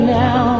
now